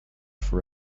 for